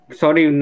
sorry